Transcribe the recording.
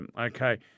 Okay